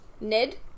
Ned